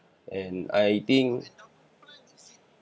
and I think